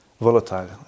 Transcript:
volatile